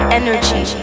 energy